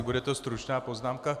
Bude to stručná poznámka.